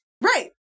Right